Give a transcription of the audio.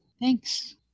Thanks